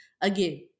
Again